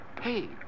Hey